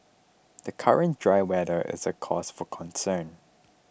the current dry weather is a cause for concern